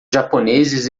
japoneses